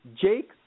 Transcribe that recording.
Jake